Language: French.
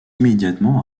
immédiatement